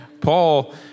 Paul